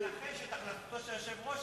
אני מנחש את החלטתו של היושב-ראש,